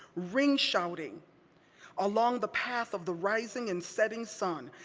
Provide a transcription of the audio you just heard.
ring shouting along the path of the rising and setting sun,